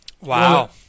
Wow